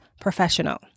professional